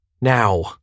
now